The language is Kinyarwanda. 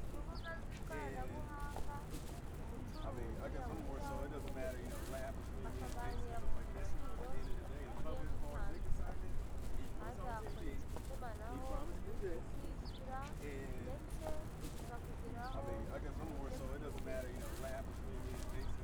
Urubuga rw'ikoranabuhanga umucuruzi ahuriraho n'umuguzi bakaganira ku biciro bigiye bitandukanye kandi hakoreshwa itumanaho mu kwishyura ndetse bikakugeraho mu buryo bwizewe.